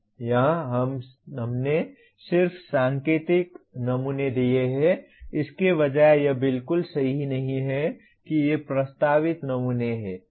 यहां हमने सिर्फ सांकेतिक नमूने दिए हैं इसके बजाय यह बिल्कुल सही नहीं है कि ये प्रस्तावित नमूने हैं